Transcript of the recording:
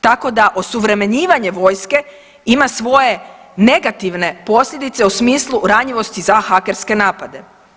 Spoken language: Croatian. Tako da osuvremenjivanje vojske ima svoje negativne posljedice u smislu ranjivosti za hakerske napade.